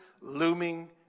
looming